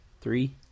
three